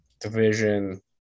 Division